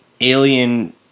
alien